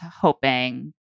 hoping